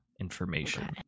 information